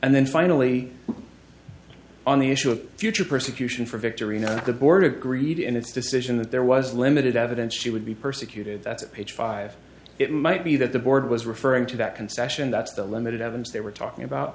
and then finally on the issue of future persecution for victory not the board of greed and its decision that there was limited evidence she would be persecuted that's page five it might be that the board was referring to that concession that's the limited evidence they were talking about